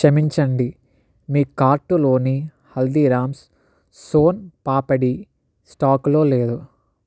క్షమించండి మీ కార్టులోని హల్దీరామ్స్ సోన్ పాపడి స్టాకులో లేదు